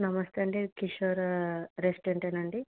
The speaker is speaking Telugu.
నమస్తే అండి కిషోర్ రెసిడెంట్ యేనా అండి